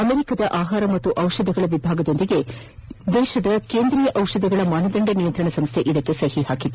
ಅಮೆರಿಕಾದ ಆಹಾರ ಮತ್ತು ದಿಷಧಿಗಳ ವಿಭಾಗದೊಂದಿಗೆ ದೇಶದ ಕೇಂದ್ರೀಯ ದಿಷಧಗಳ ಮಾನದಂಡ ನಿಯಂತ್ರಣ ಸಂಸ್ಥೆ ಇದಕ್ಕೆ ಸಹಿ ಹಾಕಿದೆ